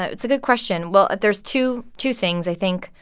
it's a good question. well, there's two two things, i think.